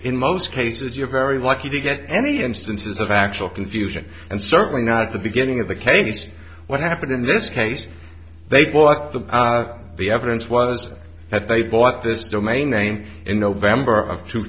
in most cases you're very lucky to get any instances of actual confusion and certainly not at the beginning of the case what happened in this case they block the the evidence was that they bought this domain name in november of two